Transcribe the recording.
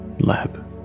lab